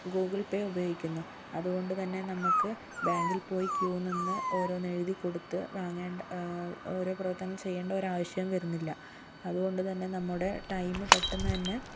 Google Pay ഉപയോഗിക്കുന്നു അതുകൊണ്ടു തന്നെ നമുക്ക് ബാങ്കിൽ പോയി ക്യു നിന്ന് ഓരോന്ന് എഴുതികൊടുത്ത് വാങ്ങേണ്ട ഓരോ പ്രവർത്തനം ഓരോ പ്രവർത്തനം ചെയ്യേണ്ട ആവശ്യം വരുന്നില്ല അതുകൊണ്ട് തന്നെ നമ്മുടെ ടൈം പെട്ടെന്ന് തന്നെ